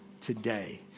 today